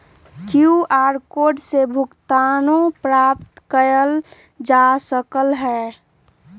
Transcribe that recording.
QR code से भुगतानो प्राप्त कएल जा सकल ह